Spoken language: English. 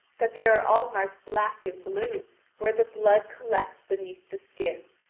that they are all marked black and blue where the blood collects beneath the skin.